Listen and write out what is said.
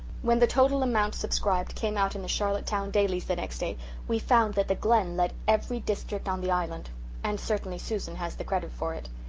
when the total amount subscribed came out in the charlottetown dailies the next day we found that the glen led every district on the island and certainly susan has the credit for it.